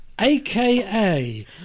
aka